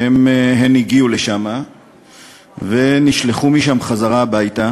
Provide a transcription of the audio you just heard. הן הגיעו לשם ונשלחו משם חזרה הביתה,